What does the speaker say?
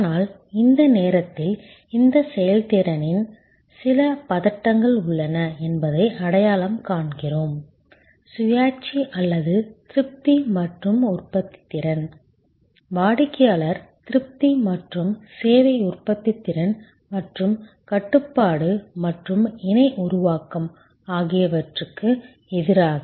ஆனால் இந்த நேரத்தில் இந்த செயல்திறனில் சில பதட்டங்கள் உள்ளன என்பதை அடையாளம் காண்கிறோம் சுயாட்சி அல்லது திருப்தி மற்றும் உற்பத்தித்திறன் வாடிக்கையாளர் திருப்தி மற்றும் சேவை உற்பத்தித்திறன் மற்றும் கட்டுப்பாடு மற்றும் இணை உருவாக்கம் ஆகியவற்றுக்கு எதிராக